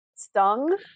stung